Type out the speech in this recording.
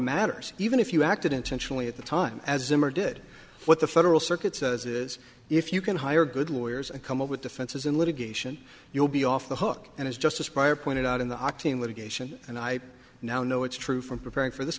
matters even if you acted intentionally at the time as him or did what the federal circuit says is if you can hire good lawyers and come up with defenses in litigation you'll be off the hook and it's just aspire pointed out in the octane litigation and i now know it's true from preparing for this